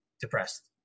depressed